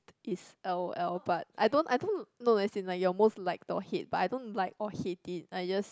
is l_o_l but I don't I don't know as in your most like though hate but I don't like or hate it I just